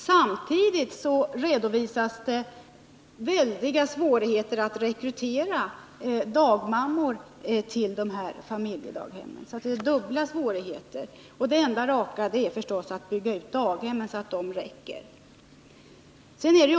Samtidigt redovisas det väldiga svårigheter att rekrytera dagmammor till dessa familjedaghem, så det är dubbla svårigheter. Det enda raka är förstås att bygga ut daghemmen så att de räcker.